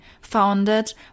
founded